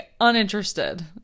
uninterested